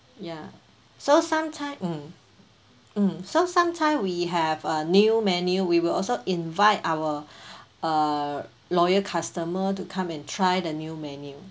ya so some time mm mm so sometimes we have a new menu we will also invite our uh loyal customer to come and try the new menu